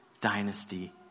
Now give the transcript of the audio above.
dynasty